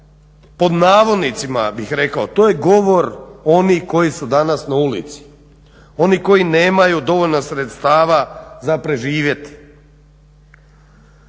pod navodnicima bih rekao to je govor onih koji su danas na ulici. Oni koji nemaju dovoljno sredstava za preživjeti.